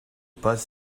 pas